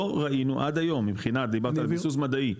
לא ראינו עד היום מבחינת דיברת על ביסוס מדעי,